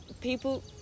people